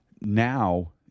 now